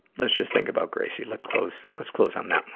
let's just think about gracie. let's close, let's close on that one.